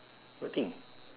what thing